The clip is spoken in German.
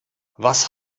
was